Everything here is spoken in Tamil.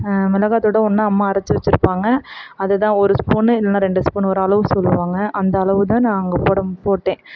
மிளகாத்தூள் ஒன்று அம்மா அரைத்து வெச்சுருப்பாங்க அது தான் ஒரு ஸ்பூனு இல்லைனா ரெண்டு ஸ்பூனு ஒரு அளவு சொல்லுவாங்க அந்தளவு தான் நான் அங்கே போட போட்டேன்